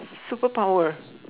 superpower